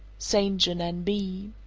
st. john, n b.